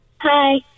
Hi